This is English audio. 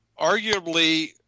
arguably